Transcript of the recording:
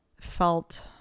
felt